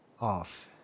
off